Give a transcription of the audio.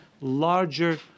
larger